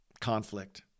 conflict